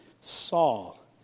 Saul